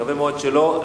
מקווה מאוד שלא.